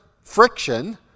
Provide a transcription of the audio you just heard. friction